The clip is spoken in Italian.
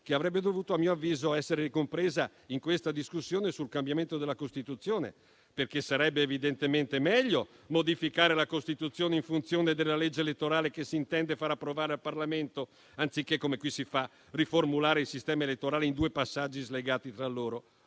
che avrebbe dovuto, a mio avviso, essere ricompresa in questa discussione sul cambiamento della Costituzione, perché evidentemente sarebbe meglio modificare la Costituzione in funzione della legge elettorale che si intende far approvare al Parlamento, anziché, come si fa qui, riformulare il sistema elettorale in due passaggi slegati tra loro